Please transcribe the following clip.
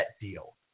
deal